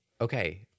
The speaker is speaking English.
okay